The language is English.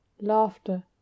laughter